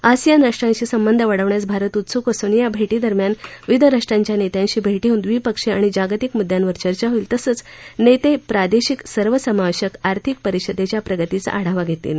ASEAN राष्ट्रांशी संबंध वाढवण्यास भारत उत्सुक असून या भेटीदरम्यान विविध राष्ट्रांच्या नेत्यांशी भेटी होवून द्विपक्षीय आणि जागतिक मुद्यांवर चर्चा होईल तसंच नेते प्रादेशिक सर्वसमावेशक आर्थिक परिषदेच्या प्रगतीचा आढावा घेतील